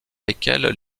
lesquelles